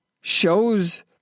shows